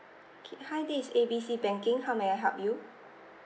hi this is A B C banking how may I help you